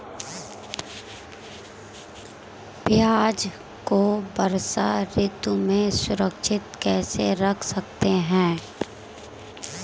प्याज़ को वर्षा ऋतु में सुरक्षित कैसे रख सकते हैं?